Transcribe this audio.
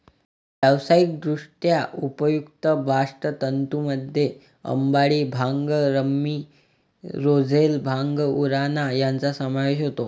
व्यावसायिकदृष्ट्या उपयुक्त बास्ट तंतूंमध्ये अंबाडी, भांग, रॅमी, रोझेल, भांग, उराणा यांचा समावेश होतो